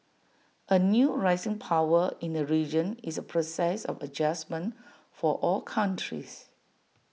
A new rising power in the region is A process of adjustment for all countries